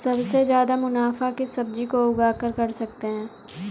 सबसे ज्यादा मुनाफा किस सब्जी को उगाकर कर सकते हैं?